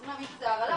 צריך להבין שזה הרעלה,